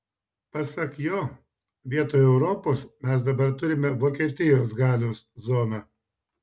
pasak jo vietoj europos mes dabar turime vokietijos galios zoną